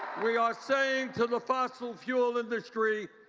we are saying to the fossil fuel industry,